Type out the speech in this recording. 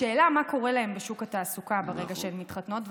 השאלה מה קורה להן בשוק התעסוקה ברגע שהן מתחתנות.